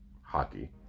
hockey